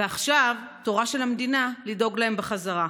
ועכשיו תורה של המדינה לדאוג להם בחזרה.